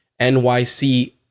NYC